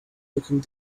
looking